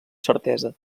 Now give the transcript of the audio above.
certesa